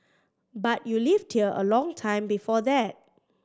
but you lived here a long time before that